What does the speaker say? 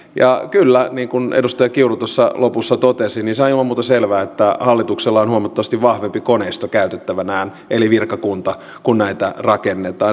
ja kyllä niin kuin edustaja kiuru tuossa lopussa totesi se on ilman muuta selvää että hallituksella on huomattavasti vahvempi koneisto käytettävänään eli virkakunta kun näitä rakennetaan